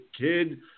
kid